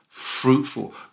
fruitful